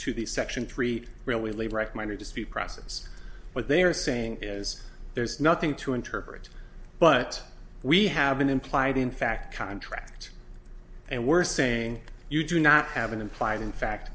to the section three really right minor dispute process what they are saying is there's nothing to interpret but we have an implied in fact contract and we're saying you do not have an implied in fact